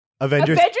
Avengers